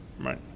right